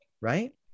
right